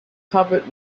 covered